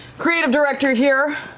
creative director here,